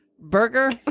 Burger